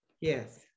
yes